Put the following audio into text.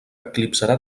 eclipsarà